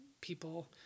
people